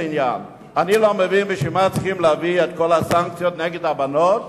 אני לא מבין למה צריכים להביא את כל הסנקציות נגד הבנות